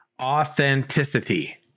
Authenticity